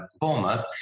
Bournemouth